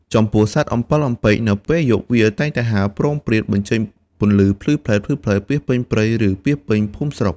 ចំពោះ សត្វអំពិលអំពែក នៅពេលយប់វាតែងតែហើរ ព្រោងព្រាតបញ្ចេញពន្លឺភ្លិបភ្លែតៗ ពាសពេញព្រៃ ឬពាសពេញភូមិស្រុក។